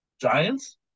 Giants